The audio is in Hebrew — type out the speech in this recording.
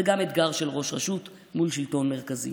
זה גם אתגר של ראש רשות מול שלטון מרכזי.